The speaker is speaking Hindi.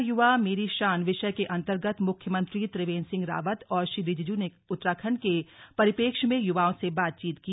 मेरा युवा मेरी शान विषय के अन्तर्गत मुख्यमंत्री त्रिवेन्द्र सिंह रावत और श्री रिजिजू ने उत्तराखंड के परिपेक्ष में युवाओं से बातचीत की